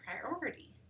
priority